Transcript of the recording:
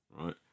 right